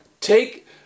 Take